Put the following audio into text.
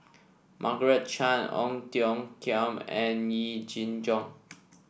Margaret Chan Ong Tiong Khiam and Yee Jenn Jong